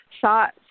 thoughts